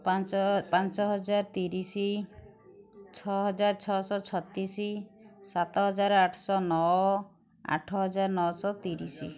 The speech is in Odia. ପାଞ୍ଚ ପାଞ୍ଚ ହଜାର ତିରିଶି ଛଅ ହଜାର ଛଅଶହ ଛତିଶି ସାତ ହଜାର ଆଠଶ ନଅ ଆଠ ହଜାର ନଅଶହ ତିରିଶି